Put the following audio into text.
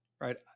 right